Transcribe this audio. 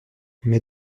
mais